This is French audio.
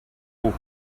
pau